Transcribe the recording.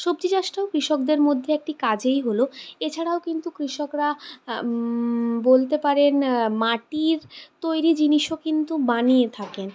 সবজি চাষটাও কৃষকদের মধ্যে একটি কাজেই হল এছাড়াও কিন্তু কৃষকরা বলতে পারেন মাটির তৈরি জিনিসও কিন্তু বানিয়ে থাকেন